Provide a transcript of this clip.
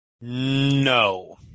No